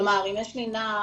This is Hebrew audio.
כלומר אם יש לי נער